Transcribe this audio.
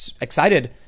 excited